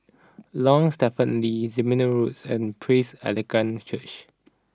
Lorong Stephen Lee Zehnder Road and Praise Evangelical Church